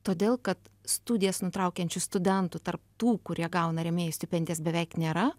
todėl kad studijas nutraukiančių studentų tarp tų kurie gauna rėmėjų stipendijas beveik nėra